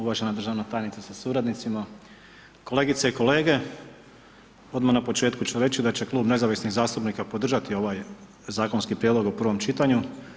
Uvažena državna tajnice sa suradnicima, kolegice i kolege, odmah na početku ću reći da će klub Nezavisnih zastupnika podržati ovaj zakonski prijedlog u prvom čitanju.